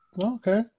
Okay